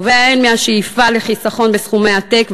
נובע הן מהשאיפה לחיסכון בסכומי עתק,